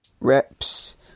reps